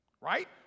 Right